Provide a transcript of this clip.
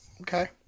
Okay